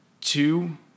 two